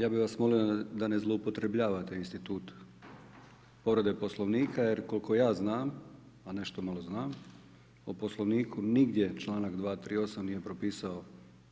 Ja bih vas molio da ne zloupotrebljavate institut povrede Poslovnika, jer koliko ja znam a nešto malo znam o Poslovniku, nigdje članak 238. nije propisao